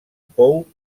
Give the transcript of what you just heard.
pou